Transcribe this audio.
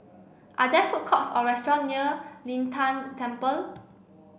are there food courts or restaurant near Lin Tan Temple